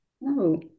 no